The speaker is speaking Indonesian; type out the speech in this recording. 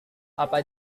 apa